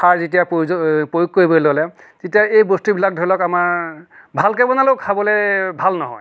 সাৰ যেতিয়া প্ৰয়োগ কৰিবলৈ ল'লে তেতিয়া এই বস্তুবিলাক ধৰি লওক আমাৰ ভালকৈ বনালেওঁ খাবলৈ ভাল নহয়